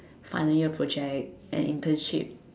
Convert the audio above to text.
final year project and internship